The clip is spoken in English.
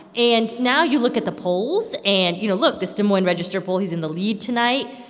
and now you look at the polls. and, you know, look. this des moines register poll he's in the lead tonight.